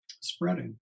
spreading